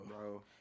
bro